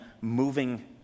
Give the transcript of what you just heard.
moving